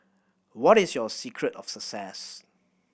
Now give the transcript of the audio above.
what is your secret of success